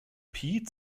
piet